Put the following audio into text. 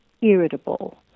irritable